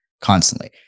constantly